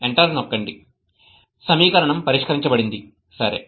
enter నొక్కండి సమీకరణం పరిష్కరించబడింది సరే